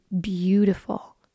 beautiful